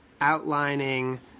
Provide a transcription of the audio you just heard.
outlining